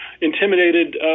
intimidated